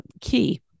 key